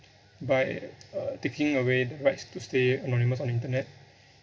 by uh taking away the rights to stay anonymous on the internet